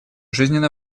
жизненно